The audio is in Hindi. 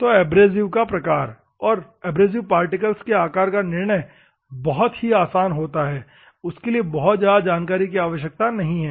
तो एब्रेसिव का प्रकार और एब्रेसिव पार्टिकल के आकार का निर्णय बहुत ही आसान होता है उसके लिए बहुत ज्यादा जानकारी की आवश्यकता नहीं है